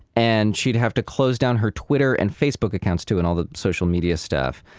and she'd have to close down her twitter and facebook accounts, too, and all the social media stuff.